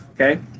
Okay